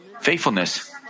faithfulness